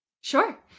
Sure